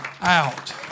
out